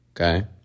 Okay